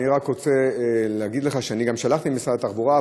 אני רק רוצה להגיד לך שאני שלחתי למשרד התחבורה,